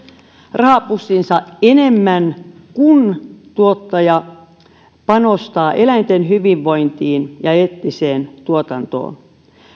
rahapussiinsa enemmän kun tuottaja panostaa eläinten hyvinvointiin ja eettiseen tuotantoon